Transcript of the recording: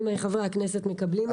אם חברי הכנסת מקבלים אותה.